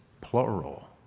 plural